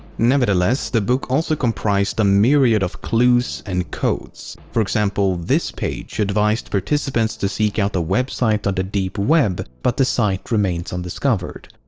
nevertheless, the book also comprised a myriad of clues and codes. for example, this page advised participants to seek out a website on the deep web but the site remains undiscovered.